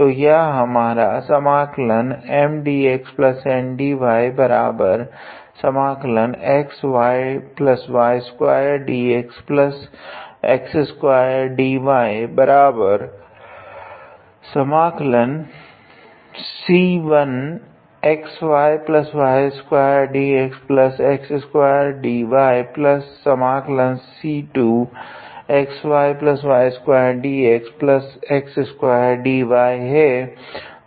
तो यह हमारा है